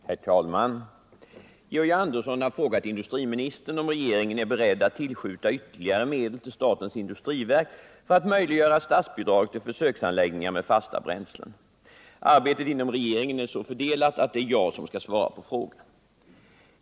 Herr talman! Georg Andersson har frågat industriministern om regeringen är beredd att tillskjuta ytterligare medel till statens industriverk för att möjliggöra statsbidrag till försöksanläggningar med fasta bränslen. Arbetet inom regeringen är så fördelat att det är jag som skall svara på frågan.